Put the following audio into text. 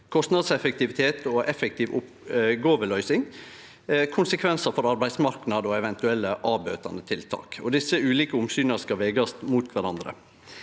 kostnadseffektivitet og effektiv oppgåveløysing, konsekvensar for arbeidsmarknad og eventuelle avbøtande tiltak. Desse ulike omsyna skal vegast mot kvarandre.